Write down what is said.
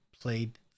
played